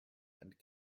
and